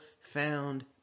found